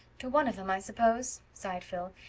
to one of them, i suppose, sighed phil,